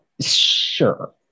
sure